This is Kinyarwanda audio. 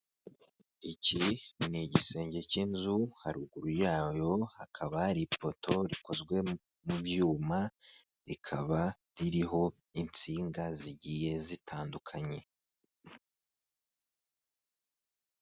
Iki ni igisenge cy'inzu; haruguru yayo hakaba hari ipoto rikozwe mu byuma; rikaba ririho insinga zigiye zitandukanye.